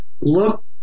look